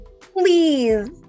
Please